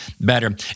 better